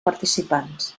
participants